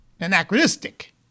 anachronistic